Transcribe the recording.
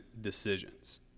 decisions